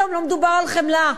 לא מדובר על חמלה,